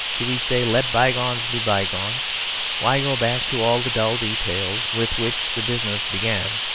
do we say let byegones be byegones why go back to all the dull details with which the business began